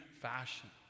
fashion